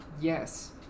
yes